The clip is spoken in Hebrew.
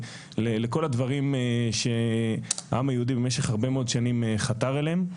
לכל הדברים שהעם היהודי במשך הרבה מאוד שנים חתר אליהם.